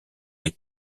est